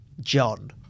john